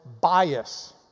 bias